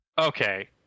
Okay